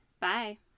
Bye